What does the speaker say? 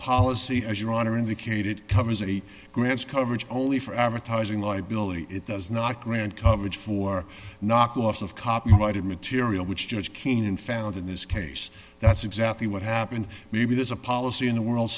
policy as your honor indicated covers eight grants coverage only for advertising liability it does not grant coverage for knock off of copyrighted material which judge keenan found in this case that's exactly what happened maybe there's a policy in the world